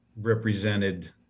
represented